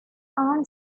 aunt